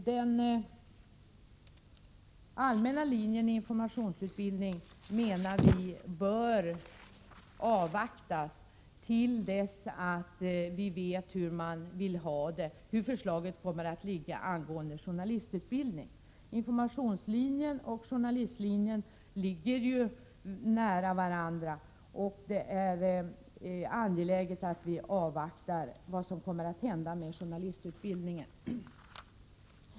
Den allmänna linjen i informationsutbildningen menar vi bör få anstå till dess vi vet hur förslaget angående journalistutbildningen kommer att se ut. Informationslinjen och journalistlinjen ligger nära varandra, och det är angeläget att vi avvaktar vad som kommer att hända med journalistutbildningen.